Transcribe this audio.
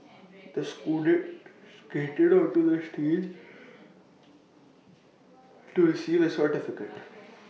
the scholar skated onto the stage to receive his certificate